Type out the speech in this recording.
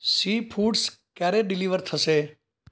C foods ક્યારે deliver થશે